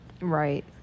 Right